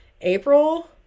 april